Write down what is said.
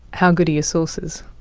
how good are your sources?